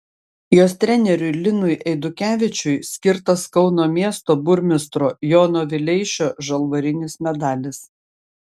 jos treneriui linui eidukevičiui skirtas kauno miesto burmistro jono vileišio žalvarinis medalis